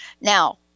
Now